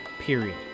period